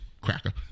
Cracker